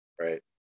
right